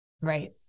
Right